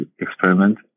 experiment